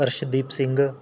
Arshdeep Singh